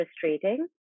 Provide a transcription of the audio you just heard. frustrating